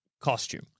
costume